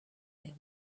they